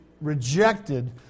rejected